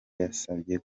yasabye